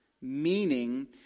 meaning